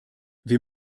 wir